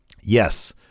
Yes